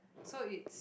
so it's